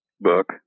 book